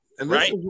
Right